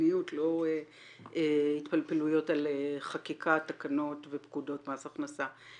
ולא התפלפלויות על חקיקה תקנות ופקודות מס הכנסה.